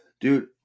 Dude